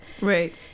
Right